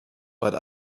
but